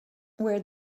where